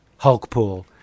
Hulkpool